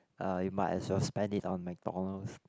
uh you might as well spend it on McDonald's